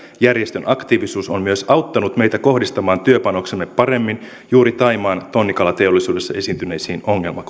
järjestön aktiivisuus on myös auttanut meitä kohdistamaan työpanoksemme paremmin juuri thaimaan tonnikalateollisuudessa esiintyneisiin ongelmakohtiin